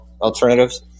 alternatives